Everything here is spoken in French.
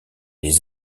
les